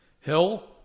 Hill